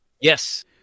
Yes